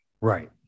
Right